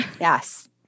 Yes